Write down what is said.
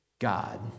God